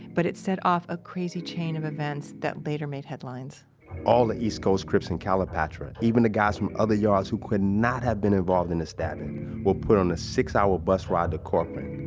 but it set off a crazy chain of events that later made headlines all the east coast crips in calipatra, even the guys from other yards who could not have been involved in a stabbing were put on a six-hour ah bus ride to corcoran.